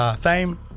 Fame